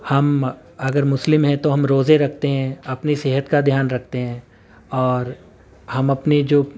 ہم اگر مسلم ہیں تو ہم روزے رکھتے ہیں اپنی صحت کا دھیان رکھتے ہیں اور ہم اپنے جو